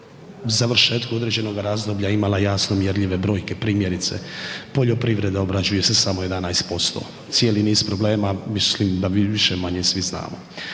završetku određenoga razdoblja imala jasno mjerljive brojke. Primjerice, poljoprivreda obrađuje se samo 11%, cijeli niz problema mislim da više-manje svi znamo.